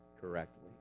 correctly